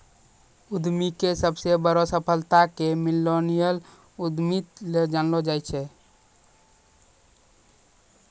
उद्यमीके सबसे बड़ो सफलता के मिल्लेनियल उद्यमिता से जानलो जाय छै